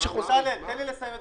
שקלים" יבוא "2,200 שקלים"." מי בעד?